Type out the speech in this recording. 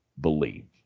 believe